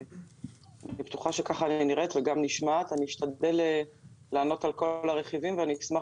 אני אשתדל לענות על כל הרכיבים ואני אשמח